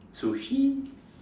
sushi